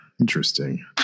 Interesting